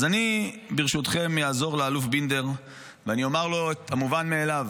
אז אני ברשותכם אעזור לאלוף בינדר ואומר לו את המובן מאליו: